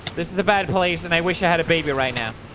this is a bad place and i wish i had a baby right now